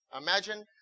Imagine